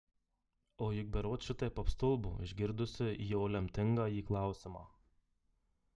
o juk berods šitaip apstulbo išgirdusi jo lemtingąjį klausimą